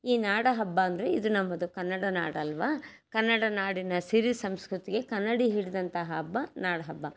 ಈ ನಾಡಹಬ್ಬ ಅಂದರೆ ಇದು ನಮ್ಮದು ಕನ್ನಡ ನಾಡಲ್ಲವಾ ಕನ್ನಡ ನಾಡಿನ ಸಿರಿ ಸಂಸ್ಕೃತಿಗೆ ಕನ್ನಡಿ ಹಿಡಿದಂತಹ ಹಬ್ಬ ನಾಡಹಬ್ಬ